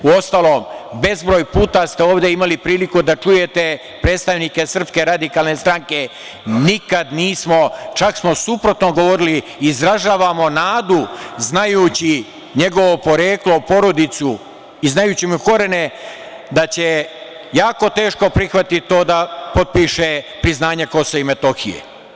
Uostalom, bezbroj puta ste ovde imali priliku da čujete predstavnike SRS, nikad nismo, čak smo suprotno govorili, izražavamo nadu, znajući njegovo poreklo, porodicu i znajući mu korene, da će jako teško prihvatiti to da potpiše priznanje Kosova i Metohije.